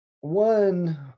One